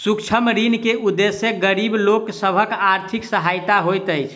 सूक्ष्म ऋण के उदेश्य गरीब लोक सभक आर्थिक सहायता होइत अछि